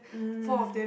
mm